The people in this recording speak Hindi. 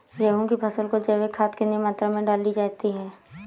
गेहूँ की फसल में जैविक खाद कितनी मात्रा में डाली जाती है?